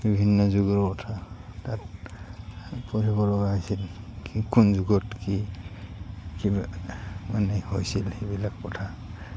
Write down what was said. বিভিন্ন যুগৰ কথা তাত পঢ়িব লগা হৈছিল কি কোন যুগত কি কিবা মানে হৈছিল সেইবিলাক কথা